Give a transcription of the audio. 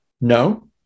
no